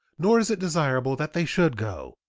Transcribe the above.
nor is it desirable that they should go.